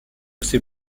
ces